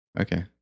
Okay